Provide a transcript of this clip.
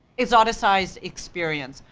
it's autosized experience.